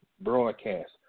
broadcast